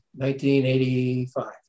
1985